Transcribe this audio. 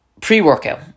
pre-workout